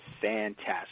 fantastic